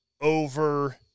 over